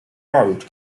road